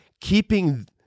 Keeping